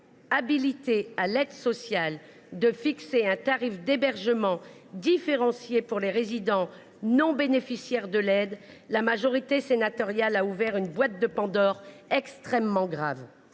habilités à l’aide sociale à fixer un tarif d’hébergement différencié pour les résidents non bénéficiaires de l’aide, la majorité sénatoriale a ouvert la boîte de Pandore, et c’est extrêmement grave